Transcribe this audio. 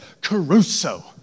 Caruso